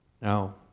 Now